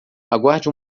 aguarde